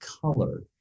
color